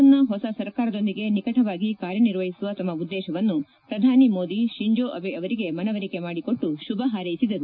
ಜಪಾನ್ನ ಹೊಸ ಸರ್ಕಾರದೊಂದಿಗೆ ನಿಕಟವಾಗಿ ಕಾರ್ಯನಿರ್ವಹಿಸುವ ತಮ್ಮ ಉದ್ದೇಶವನ್ನು ಪ್ರಧಾನಿ ಮೋದಿ ಶಿಂಜೋ ಅಬೆ ಅವರಿಗೆ ಮನವರಿಕೆ ಮಾಡಿಕೊಟ್ಟು ಶುಭ ಹಾರೈಸಿದರು